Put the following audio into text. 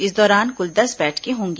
इस दौरान कुल दस बैठकें होंगी